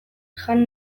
jan